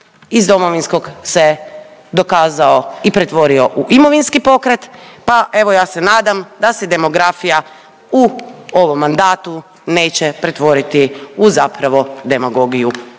iz Domovinskog se dokazao i pretvorio u imovinski pokret, pa evo ja se nadam da se demografija u ovom mandatu neće pretvoriti u zapravo demagogiju,